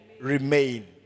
remain